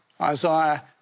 Isaiah